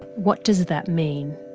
what does that mean?